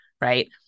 right